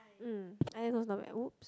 mm Isaac Toast not bad !oops!